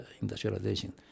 industrialization